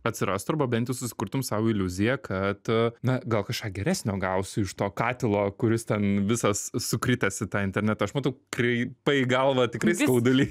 atsirastų arba bent jau susikurtum sau iliuziją kad na gal kažką geresnio gausiu iš to katilo kuris ten visas sukritęs į tą internetą aš matau krai pai galvą tikrai skaudulį